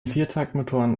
viertaktmotoren